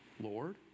Lord